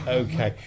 okay